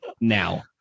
now